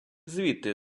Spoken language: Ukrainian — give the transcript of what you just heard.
звідти